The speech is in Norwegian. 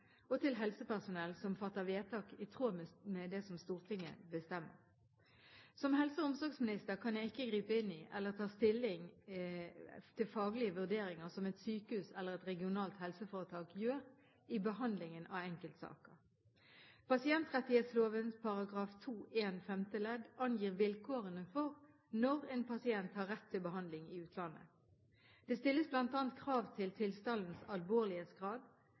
og til helsepersonell som fatter vedtak i tråd med det som Stortinget bestemmer. Som helse- og omsorgsminister kan jeg ikke gripe inn i eller ta stilling til faglige vurderinger som et sykehus eller et regionalt helseforetak gjør i behandlingen av enkeltsaker. Pasientrettighetsloven § 2-1 femte ledd angir vilkårene for når en pasient har rett til behandling i utlandet. Det stilles bl.a. krav til tilstandens alvorlighetsgrad,